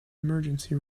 emergency